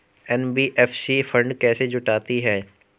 NBFC fund कैसे जुटाती है?